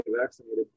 vaccinated